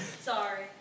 Sorry